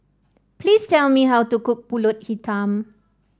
please tell me how to cook pulut hitam